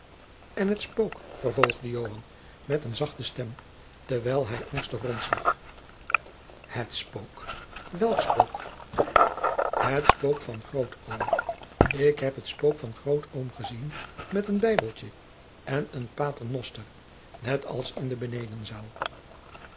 en het spook vervolgde joan met eene zachte stem terwijl hij angstig rondzag het spook welk spook het spook van grootoom ik heb het spook van grootoom gezien met een bijbeltje en een paternoster net als in de